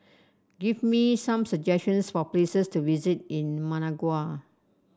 give me some suggestions for places to visit in Managua